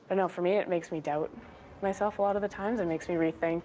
and for me it makes me doubt myself a lot of the time and makes me rethink